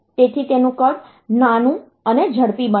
તેથી તેનું કદ નાનું અને ઝડપી બને છે